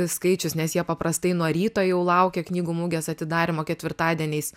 skaičius nes jie paprastai nuo ryto jau laukia knygų mugės atidarymo ketvirtadieniais